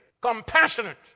compassionate